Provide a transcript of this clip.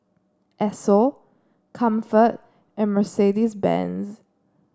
Esso Comfort and Mercedes Benz